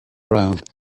ground